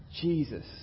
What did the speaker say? Jesus